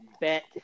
bet